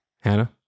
Hannah